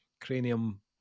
Cranium